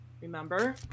Remember